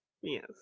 Yes